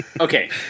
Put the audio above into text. Okay